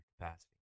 capacity